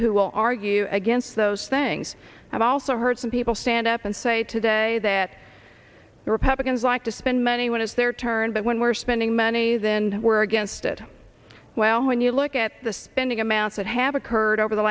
who will argue against those things i've also heard some people stand up and say today that republicans like to spend money when it's their turn but when we're spending money then we're against it well when you look at the spending amounts that have occurred over the